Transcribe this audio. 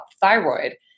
thyroid